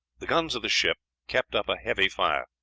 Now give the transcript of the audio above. the guns of the ship kept up a heavy fire,